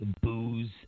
booze